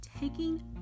taking